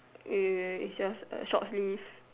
uh is just a short sleeve